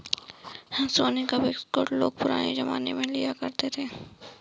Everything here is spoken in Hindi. सोने का बिस्कुट लोग पुराने जमाने में लिया करते थे